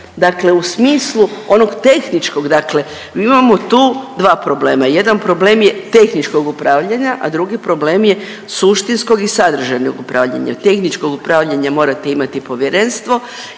dakle u smislu onog tehničkog. Dakle, mi imamo tu dva problema. Jedan problem je tehničkog upravljanja, a drugi problem je suštinskog i sadržajnog upravljanja. Tehničkog upravljanja morate imati povjerenstvo,